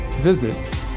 visit